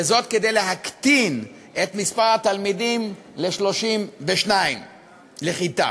וזאת כדי להקטין את מספר התלמידים ל-32 בכיתה.